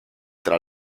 tra